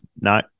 no